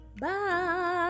Bye